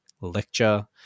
lecture